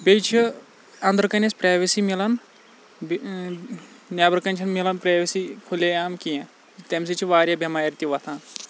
بیٚیہِ چھِ أنٛدرٕ کَنۍ أسۍ پرٛایویسی مِلان نٮ۪برٕ کَنۍ چھَنہٕ مِلان پرٛایویسی کھُلے عام کینٛہہ تَمہِ سۭتۍ چھِ واریاہ بٮ۪مارِ تہِ وۄتھان